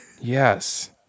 Yes